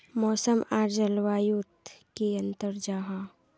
मौसम आर जलवायु युत की अंतर जाहा?